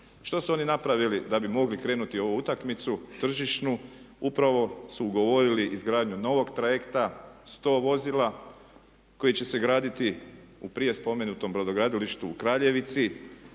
Što su oni napravili da bi mogli krenuti u ovu utakmicu tržišnu? Upravo su ugovorili izgradnju novog trajekta, 100 vozila koji će graditi u prije spomenutom brodogradilištu u Kraljevici.